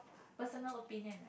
personal opinion